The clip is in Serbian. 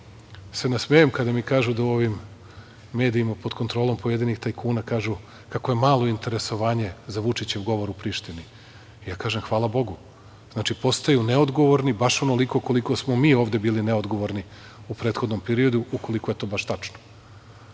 se nasmejem kada mi kažu u ovim medijima pod kontrolom pojedinih tajkuna kako je malo interesovanje za Vučićev govor u Prištini. Ja kažem - hvala bogu, to znači da postaju neodgovorni, baš onoliko koliko smo mi ovde bili neodgovorni u prethodnom periodu, ukoliko je to baš tačno. Ja